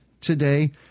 today